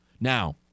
Now